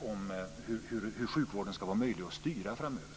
och hur sjukvården ska vara möjlig att styra framöver.